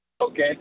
Okay